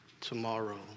tomorrow